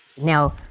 Now